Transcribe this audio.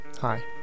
Hi